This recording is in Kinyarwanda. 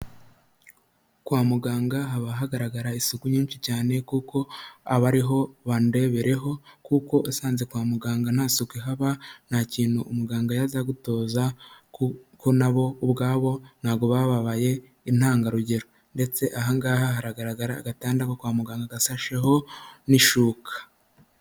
Kwa muganga haba hagaragara isuku nyinshi cyane, kuko aba ariho bandebereho kuko usanze kwa muganga nta suku ihaba nta kintu umuganga yajya agutoza, kuko na bo ubwabo ntabwo baba babaye intangarugero, ndetse aha ngaha haragaragara agatanda ko kwa muganga gasasheho n'ishuka.